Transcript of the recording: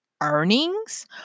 earnings